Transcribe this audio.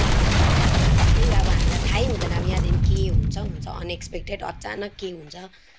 अन्त त्यही अब हामीलाई थाहै हुँदैन अब यहाँदेखि के हुन्छ हुन्छ अनएसपेक्टेड अचानक के हुन्छ